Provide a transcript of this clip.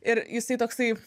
ir jisai toksai